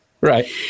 Right